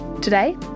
Today